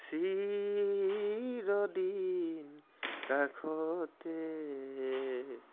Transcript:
চিৰদিন কাষতে